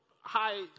high